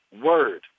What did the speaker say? word